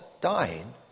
dying